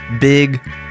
big